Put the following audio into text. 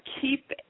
keep